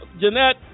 Jeanette